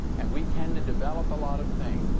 and we tend to develop a lot of things